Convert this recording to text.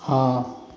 हाँ